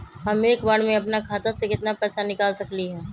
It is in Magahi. हम एक बार में अपना खाता से केतना पैसा निकाल सकली ह?